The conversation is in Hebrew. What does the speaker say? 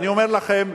אני אומר לכם,